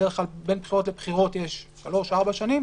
בדרך כלל בין בחירות לבחירות יש שלוש-ארבע שנים,